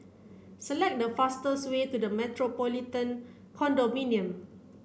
select the fastest way to The Metropolitan Condominium